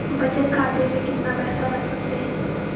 बचत खाते में कितना पैसा रख सकते हैं?